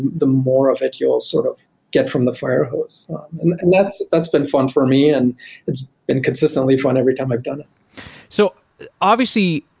the more of it you'll sort of get from the fire hose and on that's been fun for me and it's been consistently fun every time i've done it so obviously,